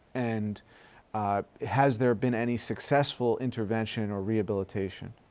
and has there been any successful intervention orrehabilitation?